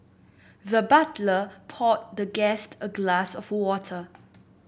the butler poured the guest a glass of water